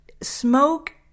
Smoke